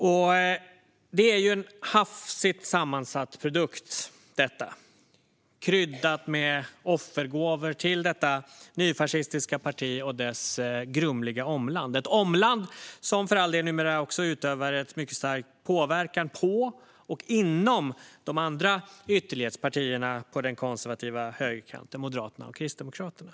Budgeten är en hafsigt sammansatt produkt kryddad med offergåvor till detta nyfascistiska parti och dess grumliga omland. Det är ett omland som för all del numera också utövar mycket stark påverkan på och inom de andra ytterlighetspartierna på den konservativa högerkanten, alltså Moderaterna och Kristdemokraterna.